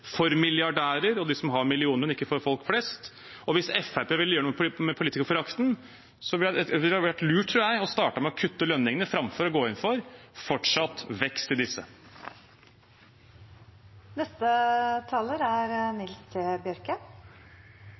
for milliardærer og for dem som har millioner, men ikke for folk flest. Hvis Fremskrittspartiet vil gjøre noe med politikerforakten, ville det vært lurt, tror jeg, å starte med å kutte lønningene framfor å gå inn for fortsatt vekst i disse. Eg ser ikkje den store utfordringa med Senterpartiets syn her. Det er